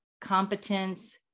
competence